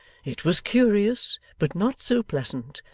it was curious, but not so pleasant,